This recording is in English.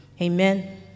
Amen